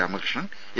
Ramakrishnan A